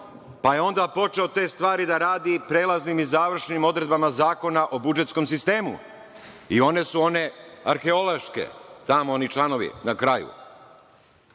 pa je onda počeo te stvari da radi i prelaznim i završnim odredbama Zakona o budžetskom sistemu i onda su one arheološke, tamo oni članovi na kraju. Ima